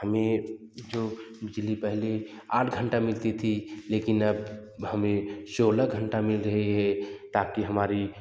हमें जो बिजली पहले आठ घंटा मिलती थी लेकिन अब हमें सोलह घंटा मिल रही है ताकि हमारी